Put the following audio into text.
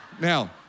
Now